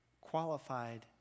qualified